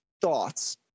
thoughts